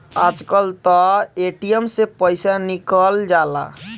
आजकल तअ ए.टी.एम से पइसा निकल जाला